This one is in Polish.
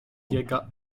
biega